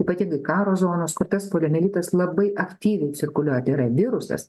ypatingai karo zonos kur tas poliomelitas labai aktyviai cirkuliuoja tai yra virusas